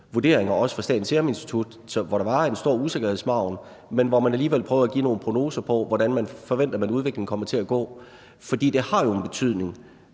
vurderinger, også fra Statens Serum Institut, og der var en stor usikkerhedsmargen, men der prøvede man alligevel at give nogle prognoser for, hvordan man forventede at udviklingen ville komme til at gå. For det har jo en betydning